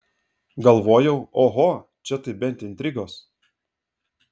galvojau oho čia tai bent intrigos